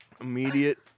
Immediate